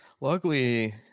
Luckily